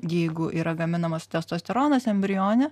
jeigu yra gaminamas testosteronas embrione